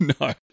No